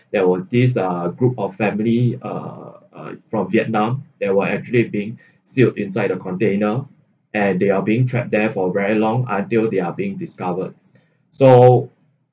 that was these uh group of family uh uh from vietnam they were actually being sealed inside the container and they are being trapped there for very long until they are being discovered so